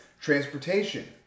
transportation